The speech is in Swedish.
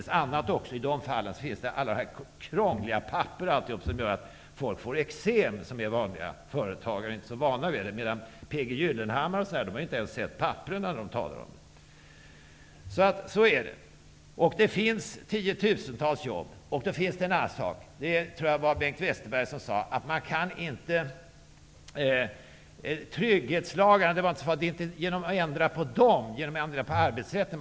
Det finns också annat, t.ex. alla krångliga papper som gör att folk får eksem. Vanliga företagare har inte så stor vana på det området, medan sådant folk som P G Gyllenhammar inte ens har sett papperen. Så är det. Det finns tiotusentals jobb. Bengt Westerberg sade att man inte kan skapa jobb genom att ändra på trygghetslagarna och arbetsrätten.